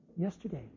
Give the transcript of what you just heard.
yesterday